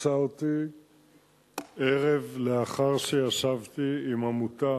תפסה אותי ערב לאחר שישבתי עם עמותה